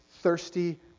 thirsty